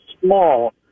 small